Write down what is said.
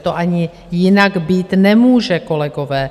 To ani jinak být nemůže, kolegové.